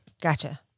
Gotcha